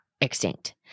extinct